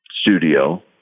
studio